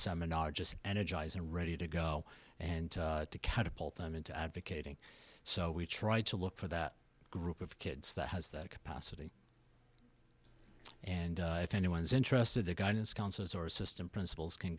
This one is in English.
seminar just energized and ready to go and to catapult them into advocating so we try to look for that group of kids that has that capacity and if anyone's interested the guidance counselors or assistant principals can